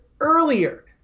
earlier